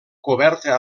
coberta